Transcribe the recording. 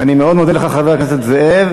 אני מאוד מודה לך, חבר הכנסת זאב.